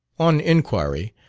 on inquiry,